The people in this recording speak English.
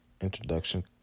introduction